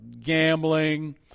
gambling